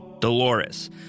Dolores